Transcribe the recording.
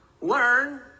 learn